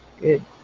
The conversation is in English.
Good